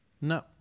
No